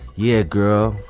yeah, girl,